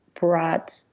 brought